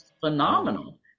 phenomenal